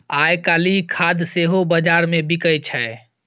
आयकाल्हि खाद सेहो बजारमे बिकय छै